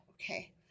Okay